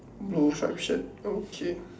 no obstruction okay